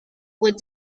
with